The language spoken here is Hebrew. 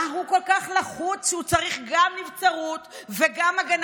מה הוא כל כך לחוץ שהוא צריך גם נבצרות וגם הגנה